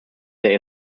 there